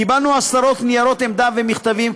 קיבלנו עשרות ניירות עמדה ומכתבים,